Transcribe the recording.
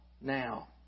now